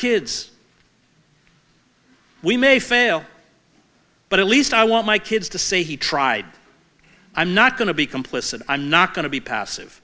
kids we may fail but at least i want my kids to say he tried i'm not going to be complicit i'm not going to be passive